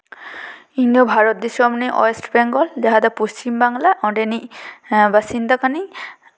ᱤᱧ ᱫᱚ ᱵᱷᱟᱨᱚᱛ ᱫᱤᱥᱚᱢ ᱨᱤᱱᱤᱡ ᱳᱭᱮᱥᱴ ᱵᱮᱝᱜᱚᱞ ᱡᱟᱦᱟᱸ ᱫᱚ ᱯᱚᱥᱪᱷᱤᱢ ᱵᱟᱝᱞᱟ ᱚᱸᱰᱮᱱᱤᱪ ᱵᱟᱥᱤᱱᱫᱟ ᱠᱟᱹᱱᱟᱹᱧ